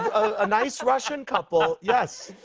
a nice russian couple. yes.